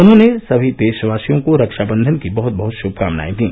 उन्होंने सभी देशवासियों को रक्षाबंधन की बहत बहत श्भकामनाएं दी